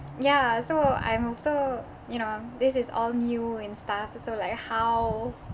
ya so I'm also you know this is all new and stuff so like how